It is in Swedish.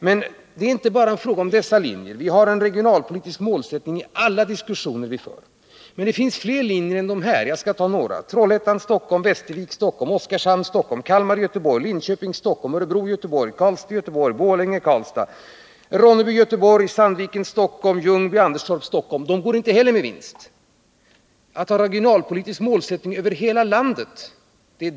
Men det är inte bara fråga om dessa linjer. Vi har en regionalpolitisk målsättning i alla diskussioner som vi för. Det finns fler linjer som inte heller de går med vinst, och jag skall här nämna några: Trollhättan-Stockholm, Västervik-Stockholm, Oskarshamn-Stockholm, Kalmar-Göteborg, Linköping-Stockholm, Örebro-Göteborg, Karlstad-Göteborg, Borlänge-Karlstad, Ronneby-Göteborg, Sandviken-Stockholm samt Ljungby-Anderstorp-Stockholm m.m. Vad som kostar så mycket pengar är just att ha en regionalpolitisk målsättning som täcker hela landet.